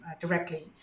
directly